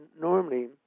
normally